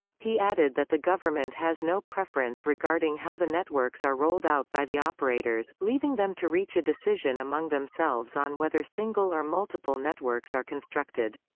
he added that the government has no preference regarding how the networks are rolled out by the operators, leaving them to reach a decision among themselves on whether single or multiple networks are constructed.